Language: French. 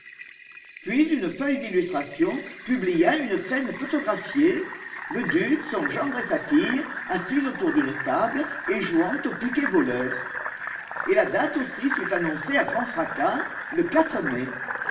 puis une feuille d'illustrations publia une scène photographiée le duc son gendre et sa fille assis autour d'une table et jouant au piquet voleur et la date aussi fut annoncée à grand fracas le mai